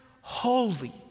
holy